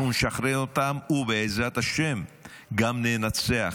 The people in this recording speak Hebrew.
אנחנו נשחרר אותם, ובעזרת השם גם ננצח.